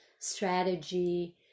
strategy